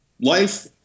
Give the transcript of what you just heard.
Life